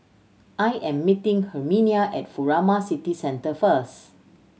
I am meeting Herminia at Furama City Centre first